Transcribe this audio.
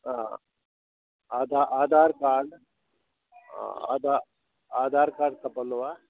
हा आधार काड हा आधार काड खपंदो आहे